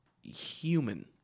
human